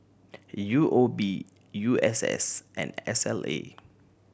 U O B U S S and S L A